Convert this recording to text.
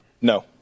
No